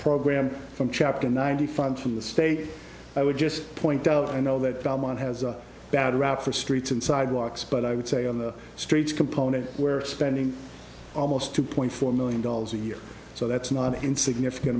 program from chapter ninety funds from the state i would just point out i know that belmont has a bad rap for streets and sidewalks but i would say on the streets component where spending almost two point four million dollars a year so that's not an insignificant